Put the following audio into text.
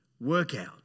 workout